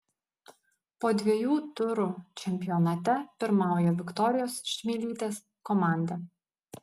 po dviejų turų čempionate pirmauja viktorijos čmilytės komanda